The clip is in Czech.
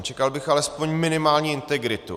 Čekal bych alespoň minimální integritu.